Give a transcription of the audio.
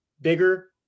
bigger